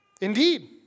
indeed